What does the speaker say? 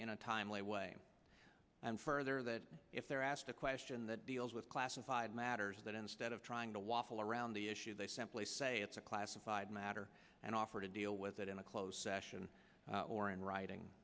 in a timely way and further that if they're asked a question that deals with classified matters that instead of trying to waffle around the issue they simply say it's a classified matter and offered to deal with it in a closed session or in